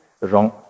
wrong